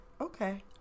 Okay